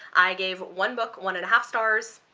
i gave one book one and a half stars,